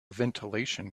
ventilation